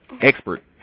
expert